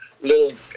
little